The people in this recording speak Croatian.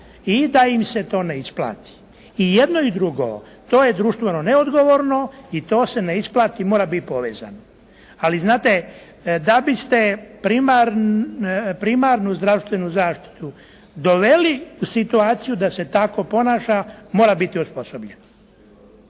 i da im se to ne isplati. I jedno i drugo to je društveno neodgovorno i to se ne isplati, mora biti povezano. Ali znate, da biste primarnu zdravstvenu zaštitu doveli u situaciju da se tako ponaša mora biti osposobljeno.